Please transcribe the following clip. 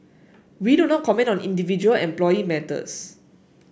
we do not comment on individual employee matters